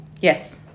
Yes